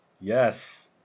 Yes